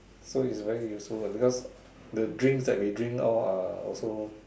so it's very useful lah because the drinks that we drink all are also